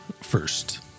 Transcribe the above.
first